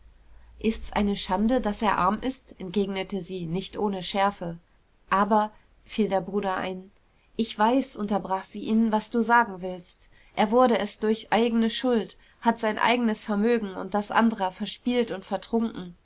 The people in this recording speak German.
ist's eine schande daß er arm ist entgegnete sie nicht ohne schärfe aber fiel der bruder ein ich weiß unterbrach sie ihn was du sagen willst er wurde es durch eigene schuld hat sein eigenes vermögen und das anderer verspielt und vertrunken